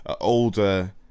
older